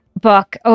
book